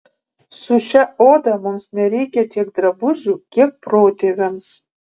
su šia oda mums nereikia tiek drabužių kiek protėviams